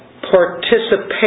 participation